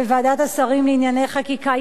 בוועדת השרים לענייני חקיקה,